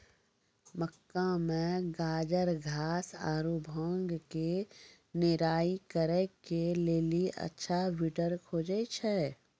मक्का मे गाजरघास आरु भांग के निराई करे के लेली अच्छा वीडर खोजे छैय?